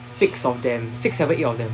six of them six seven eight of them